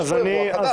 יש פה אירוע חדש.